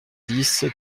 dix